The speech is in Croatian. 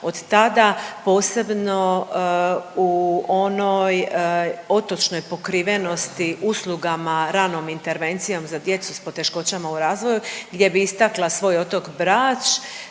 od tada, posebno u onoj otočnoj pokrivenosti usluga ranom intervencijom za djecu s poteškoćama u razvoju gdje bi istakla svoj otok Brač.